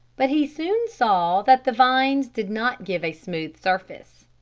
but he soon saw that the vines did not give a smooth surface.